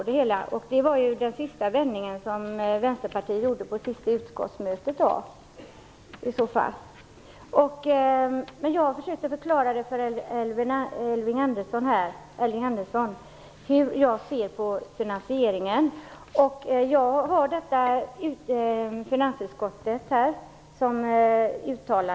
Om det är Vänsterpartiets ståndpunkt är det i så fall resultatet av den vändning som Vänsterpartiet gjorde på det sista utskottsmötet. Jag har redan försökt att förklara för Elving Andersson hur jag ser på finansieringen. Jag har uttalandet från finansutskottet här.